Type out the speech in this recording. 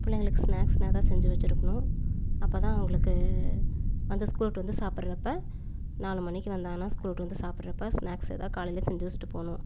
பிள்ளைங்களுக்கு ஸ்னாக்ஸெலாம் எதாவது செஞ்சு வச்சுருக்கணும் அப்போதான் அவங்குளுக்கு வந்து ஸ்கூல் விட்டு வந்து சாப்பிட்றப்ப நாலு மணிக்கு வந்தாங்கனால் ஸ்கூல் விட்டு வந்து சாப்பிட்றப்ப ஸ்னாக்ஸ் எதாவது காலையில் செஞ்சு வச்சுட்டு போகணும்